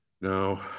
Now